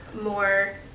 more